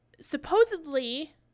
supposedly